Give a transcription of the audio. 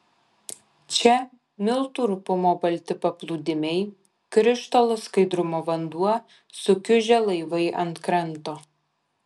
čia miltų rupumo balti paplūdimiai krištolo skaidrumo vanduo sukiužę laivai ant kranto